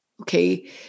Okay